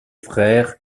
frères